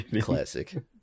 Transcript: classic